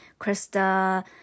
Krista